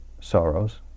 sorrows